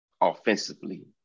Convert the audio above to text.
offensively